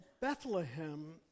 Bethlehem